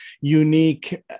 unique